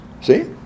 See